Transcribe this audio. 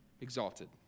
exalted